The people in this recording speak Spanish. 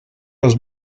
los